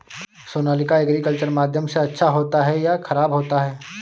Sonalika agriculture माध्यम से अच्छा होता है या ख़राब होता है?